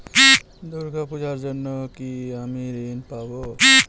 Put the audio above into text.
দূর্গা পূজার জন্য কি আমি ঋণ পাবো?